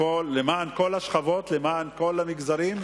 למען כל השכבות, למען כל המגזרים.